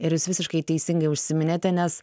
ir jūs visiškai teisingai užsiminėte nes